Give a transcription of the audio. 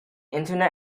internet